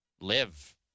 live